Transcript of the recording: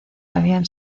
habían